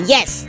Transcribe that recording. Yes